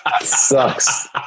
Sucks